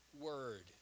word